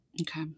Okay